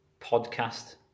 podcast